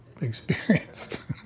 experienced